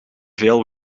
veel